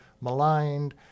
maligned